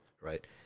right